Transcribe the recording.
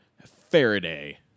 Faraday